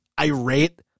irate